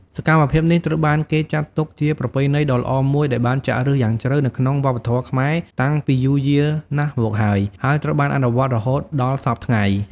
សកម្មភាពនេះត្រូវបានគេចាត់ទុកជាប្រពៃណីដ៏ល្អមួយដែលបានចាក់ឫសយ៉ាងជ្រៅនៅក្នុងវប្បធម៌ខ្មែរតាំងពីយូរយារណាស់មកហើយ ហើយត្រូវបានអនុវត្តរហូតដល់សព្វថ្ងៃ។